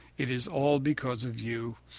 it is all because of you.